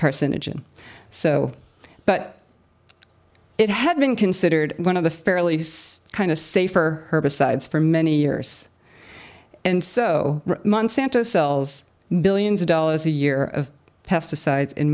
carcinogen so but it had been considered one of the fairly kind of safer herbicides for many years and so month santa sells millions of dollars a year of pesticides